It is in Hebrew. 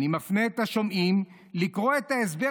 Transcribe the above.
אני מפנה את השומעים לקרוא את ההסבר